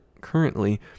currently